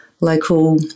local